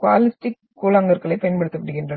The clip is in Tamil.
குவார்ட்ஸிடிக் கூழாங்கற்களைப் பயன்படுத்துகிறார்கள்